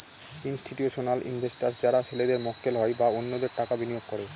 institutional investors যারা ছেলেদের মক্কেল হয় বা অন্যদের টাকা বিনিয়োগ করে